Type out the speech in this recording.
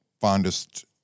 fondest